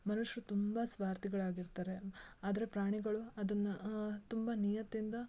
ಮನುಷ್ರು ತುಂಬ ಸ್ವಾರ್ಥಿಗಳ್ ಆಗಿರ್ತಾರೆ ಆದರೆ ಪ್ರಾಣಿಗಳು ಅದನ್ನು ತುಂಬ ನಿಯತ್ತಿಂದ